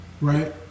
right